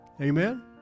Amen